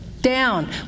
down